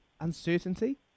uncertainty